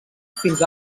fins